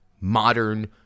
modern